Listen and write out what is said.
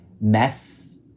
mess